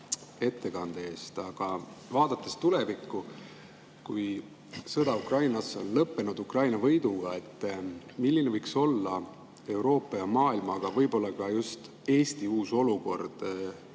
ettekande eest. Aga vaadates tulevikku, kui sõda Ukrainas on lõppenud Ukraina võiduga, milline võiks olla Euroopa ja maailma, sealhulgas ka just Eesti uus olukord?